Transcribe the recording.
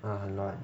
ah 很乱